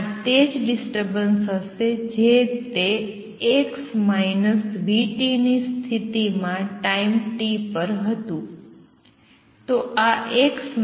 આ તે જ ડિસ્ટર્બન્સ હશે જે તે x vt ની સ્થિતિમાં ટાઈમ 0 પર હતું